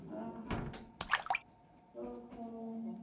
ଆଃ ହାଁ ଓହୋଃ